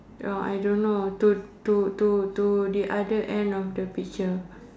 oh I don't know to to to to the other end of the picture